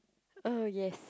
uh yes